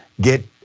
get